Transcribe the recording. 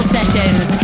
Sessions